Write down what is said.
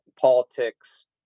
politics